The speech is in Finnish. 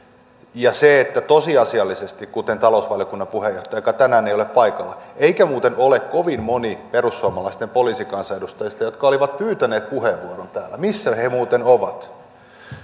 eikä se että tosiasiallisesti kuten talousvaliokunnan puheenjohtaja joka tänään ei ole paikalla eikä muuten ole kovin moni perussuomalaisten poliisikansanedustajista jotka olivat pyytäneet puheenvuoron täällä missä he muuten ovat